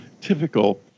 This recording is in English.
typical